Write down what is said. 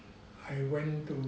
I went to